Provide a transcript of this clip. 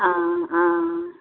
आं आं